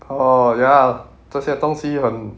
orh ya 这些东西很